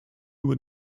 über